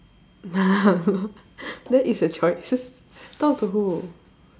that is a choices talk to who